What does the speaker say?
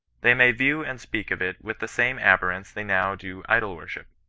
they may view and speak of it with the same abhorrence they now do idol worship.